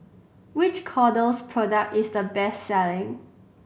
which Kordel's product is the best selling